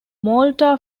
malta